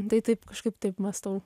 tai taip kažkaip taip mąstau